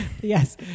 Yes